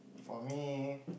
for me